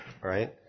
right